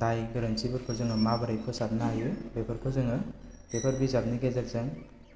दाय गोरोन्थिफोरखौ जोङो माबोरै फोसाबनो हायो बेफोर जोङो बेफोर बिजाबनि गेजेरजों